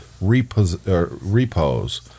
repos